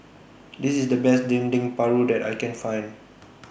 This IS The Best Dendeng Paru that I Can Find